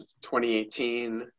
2018